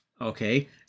Okay